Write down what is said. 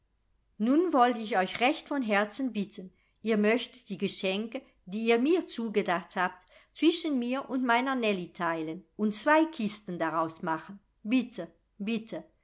nun wollt ich euch recht von herzen bitten ihr möchtet die geschenke die ihr mir zugedacht habt zwischen mir und meiner nellie teilen und zwei kisten daraus machen bitte bitte